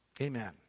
Amen